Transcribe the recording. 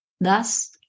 thus